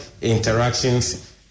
interactions